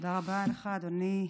תודה רבה לך, אדוני.